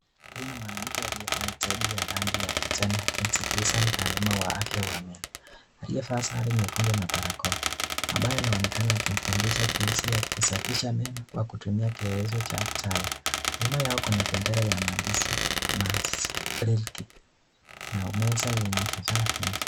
Huyu ni mwanamke aliyevaa jadi ya rangi ya kijani kibichi ,akimsikuiliza mtaalamu ambaye wa afya ya meno aliyevaa sare nyekundu na barakoa , ambaye anaonekana akimfundisha jinsi ya kusafisha meno kwa kutumia kielelezo hayo , nyuma yao kuna bendera yenye maandishi, na meza yenye vifaa vingi.